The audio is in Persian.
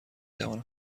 توانم